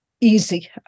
Easy